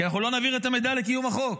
כי לא נעביר את המידע לקיום החוק,